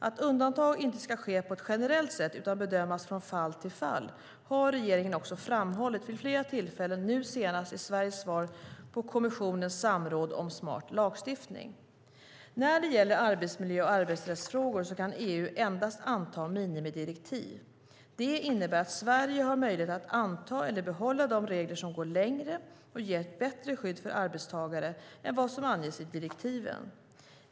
Att undantag inte ska ske på ett generellt sätt utan bedömas från fall till fall har regeringen också framhållit vid flera tillfällen, nu senast i Sveriges svar på kommissionens samråd om smart lagstiftning. När det gäller arbetsmiljö och arbetsrättsfrågor kan EU endast anta minimidirektiv. Det innebär att Sverige har möjlighet att anta eller behålla regler som går längre och ger ett bättre skydd för arbetstagare än vad som anges i direktiven.